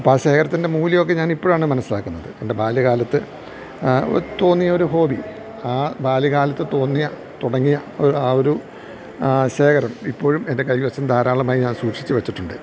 അപ്പം ശേഖരത്തിൻ്റെ മൂല്യമൊക്കെ ഞാനിപ്പഴാണ് മനസിലാക്കുന്നത് എൻ്റെ ബാല്യകാലത്ത് തോന്നിയൊരു ഹോബി ആ ബാല്യകാലത്ത് തോന്നിയ തുടങ്ങിയ ആ ഒരു ശേഖരം ഇപ്പോഴും എൻ്റെ കൈവശം ധാരാളമായി ഞാൻ സൂക്ഷിച്ച് വെച്ചിട്ടുണ്ട്